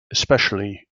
especially